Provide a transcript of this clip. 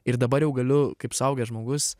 ir dabar jau galiu kaip suaugęs žmogus